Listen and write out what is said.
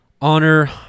honor